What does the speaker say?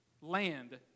land